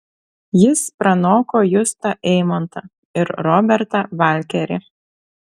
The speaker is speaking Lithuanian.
jis pranoko justą eimontą ir robertą valkerį